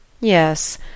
Yes